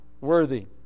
worthy